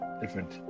different